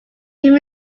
him